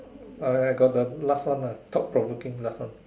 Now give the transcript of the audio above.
uh I I got the last one lah thought provoking last one